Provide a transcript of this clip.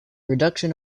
reduction